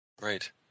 right